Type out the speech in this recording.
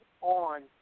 on